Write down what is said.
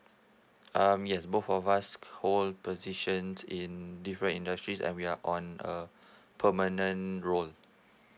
um yes both of us hold positions in different industries and we're on a permanent role